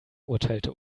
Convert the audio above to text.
urteilte